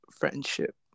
friendship